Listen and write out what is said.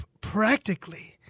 practically